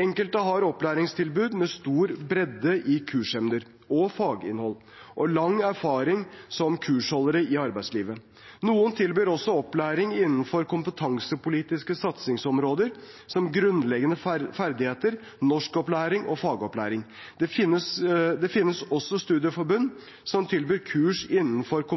Enkelte har opplæringstilbud med stor bredde i kursemner og faginnhold og lang erfaring som kursholdere i arbeidslivet. Noen tilbyr også opplæring innenfor kompetansepolitiske satsingsområder, som grunnleggende ferdigheter, norskopplæring og fagopplæring. Det finnes også studieforbund som tilbyr kurs innenfor